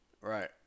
Right